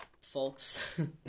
folks